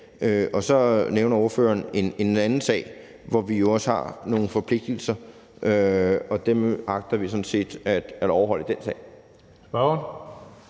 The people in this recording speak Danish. Lars Boje Mathiesen en anden sag, hvor vi jo også har nogle forpligtigelser, og dem agter vi sådan set at overholde i den sag. Kl.